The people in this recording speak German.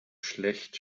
schlecht